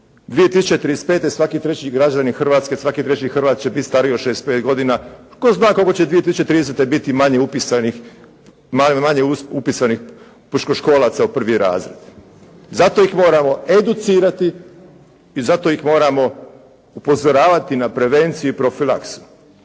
2035. svaki treći građanin Hrvatske, svaki treći Hrvat će biti stariji od 65 godina. Tko zna koliko će 2030. biti manje upisanih, manje upisanih pučkoškolaca u prvi razred? Zato ih moramo educirati i zato ih moramo upozoravati na prevencije i profilaksu.